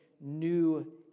new